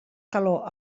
calor